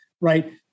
right